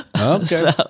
Okay